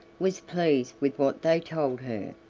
was pleased with what they told her,